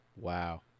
wow